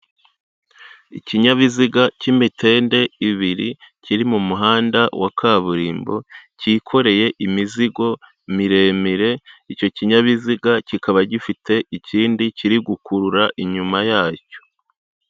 Ikinyabiziga cy'imitende ibiri kiri mu muhanda wa kaburimbo cyikoreye imizigo miremire, icyo kinyabiziga kikaba gifite ikindi kiri gukurura inyuma yacyo.